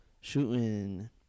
Shooting